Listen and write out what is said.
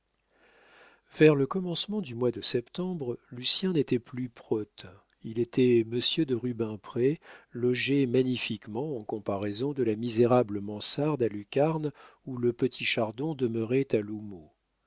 vers le commencement du mois de septembre lucien n'était plus prote il était monsieur de rubempré logé magnifiquement en comparaison de la misérable mansarde à lucarne où le petit chardon demeurait